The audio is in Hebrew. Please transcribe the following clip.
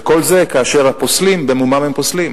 וכל זה כאשר הפוסלים במומם הם פוסלים